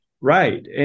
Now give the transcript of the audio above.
Right